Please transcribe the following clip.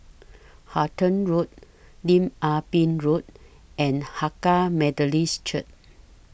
Halton Road Lim Ah Pin Road and Hakka Methodist Church